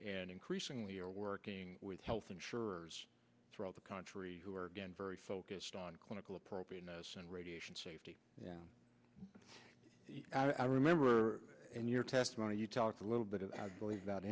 and increasingly are working with health insurers throughout the country who are and very focused on clinical appropriateness and radiation safety yeah i remember in your testimony you talked a little bit about believe that